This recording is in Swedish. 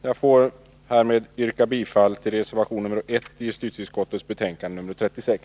Jag får härmed yrka bifall till reservation nr 1 i justitieutskottets betänkande nr 36.